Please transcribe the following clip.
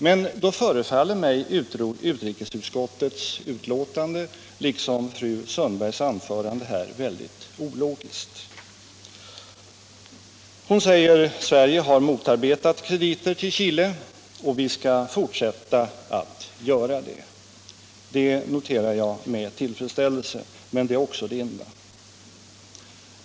Men då förefaller mig utrikesutskottets betänkande, liksom fru Sundbergs anförande här, väldigt ologiskt. Fru Sundberg säger: Sverige har motarbetat krediter till Chile och vi skall fortsätta att göra det. Det noterar jag med tillfredsställelse — men det är också det enda.